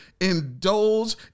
Indulge